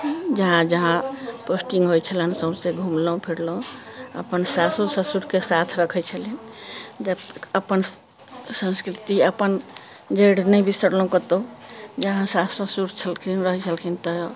जहाँ जहाँ पोस्टिंग होइत छलनि सौँसे घुमलहुँ फिरलहुँ अपन सासो ससुरकेँ साथ रखैत छलियनि जब अपन संस्कृति अपन जड़ि नहि बिसरलहुँ कतहु इहाँ सास ससुर छलखिन रहैत छलखिन तऽ